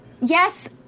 yes